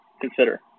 consider